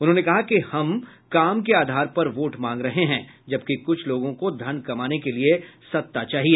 उन्होंने कहा कि हम काम के आधार पर वोट मांग रहे हैं जबकि कुछ लोगों को धन कमाने के लिए सत्ता चाहिए